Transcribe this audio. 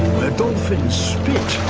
where dolphins spit